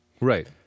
Right